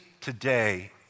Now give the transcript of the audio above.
today